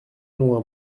loin